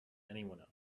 anyone